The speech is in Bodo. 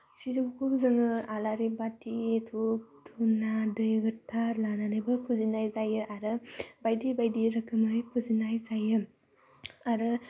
सिजौखौ जोङो आलारि बाथि धुब धुना दै गोथार लानानैबो फुजिनाय जायो आरो बायदि बायदि रोखोमै फुजिनाय जायो आरो